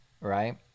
right